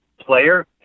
player